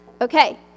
Okay